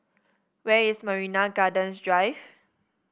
where is Marina Gardens Drive